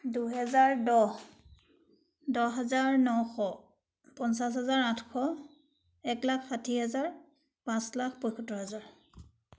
দুহেজাৰ দহ দহ হাজাৰ নশ পঞ্চাছ হাজাৰ আঠশ এক লাখ ষাঠি হেজাৰ পাঁচ লাখ পয়সত্তৰ হাজাৰ